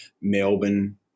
Melbourne